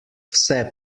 vse